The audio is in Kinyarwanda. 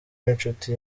w’inshuti